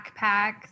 backpack